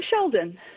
Sheldon